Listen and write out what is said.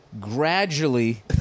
gradually